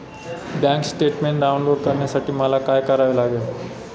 Bank statement download करण्यासाठी मला काय करावे लागेल?